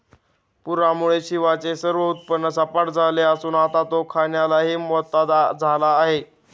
पूरामुळे शिवाचे सर्व उत्पन्न सपाट झाले असून आता तो खाण्यालाही मोताद झाला आहे